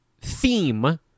theme